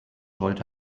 wollte